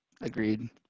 Agreed